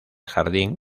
jardín